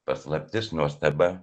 paslaptis nuostaba